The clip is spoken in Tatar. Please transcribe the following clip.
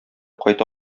кайта